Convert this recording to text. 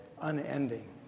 unending